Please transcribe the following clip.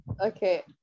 okay